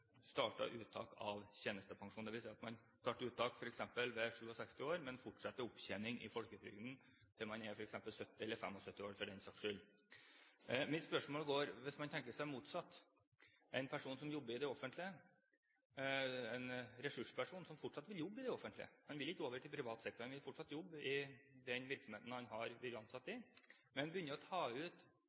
uttak av tjenestepensjon, dvs. at man starter uttak ved f.eks. 67 år, men fortsetter opptjening i folketrygden til man er f.eks. 70 år – eller 75 år, for den saks skyld. Hvis man tenker seg det motsatte, en person som jobber i det offentlige, en ressursperson som fortsatt er i jobb og ikke vil over i privat sektor. Han vil fortsatt jobbe i den virksomheten han har blitt ansatt i, men begynner å ta ut